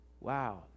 Wow